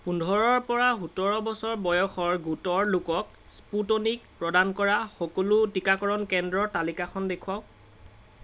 পোন্ধৰপৰা সোতৰ বছৰ বয়সৰ গোটৰ লোকক স্পুটনিক প্ৰদান কৰা সকলো টিকাকৰণ কেন্দ্ৰৰ তালিকাখন দেখুৱাওক